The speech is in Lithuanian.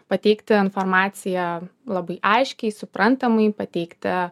pateikti informaciją labai aiškiai suprantamai pateikti